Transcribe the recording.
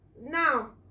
now